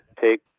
take